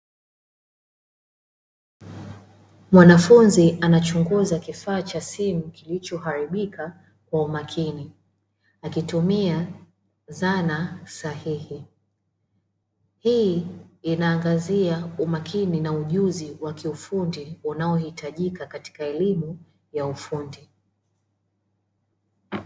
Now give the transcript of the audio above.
Mwanafunzi anachunguza kifaa cha simu kilichoharibika kwa umakini, akitumia dhana sahihi. Hii inaangazia umakini na ujuzi wa kiufundi unaohitajika katika elimu ya ufundi.